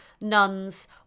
nuns